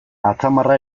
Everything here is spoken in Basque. atzamarra